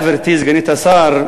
גברתי סגנית השר,